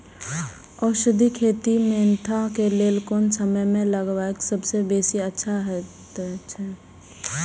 औषधि खेती मेंथा के लेल कोन समय में लगवाक सबसँ बेसी अच्छा होयत अछि?